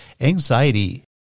Anxiety